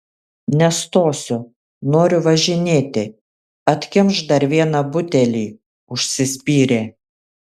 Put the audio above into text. nestosiu noriu važinėti atkimšk dar vieną butelį užsispyrė